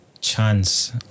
chance